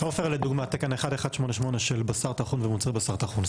תקן 1188 של בשר טחון ומוצרי בשר טחון,